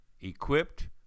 equipped